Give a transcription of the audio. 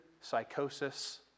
psychosis